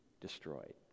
destroyed